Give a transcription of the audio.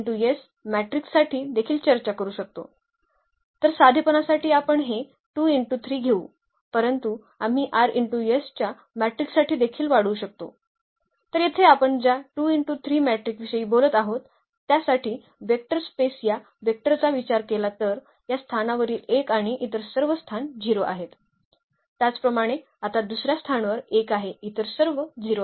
असेही इतर काही सेट असू शकतात जे आधार बनू शकतील अशाच पहिल्या उदाहरणाच्या उदाहरणाप्रमाणे आपल्याकडे सुरु झाले ते 3 वेक्टर होते जे आधार तयार करतात आणि ते प्रमाणित आधार नव्हते